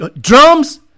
Drums